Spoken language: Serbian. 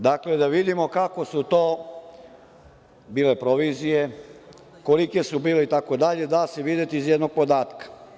Da vidimo kakve su to bile provizije, kolike su bile itd. da se videti iz jednog podatka.